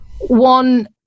One